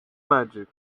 magic